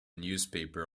newspaper